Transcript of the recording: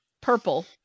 purple